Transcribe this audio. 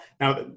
Now